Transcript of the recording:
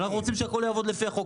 אנחנו רוצים שהכול יעבוד לפי החוק.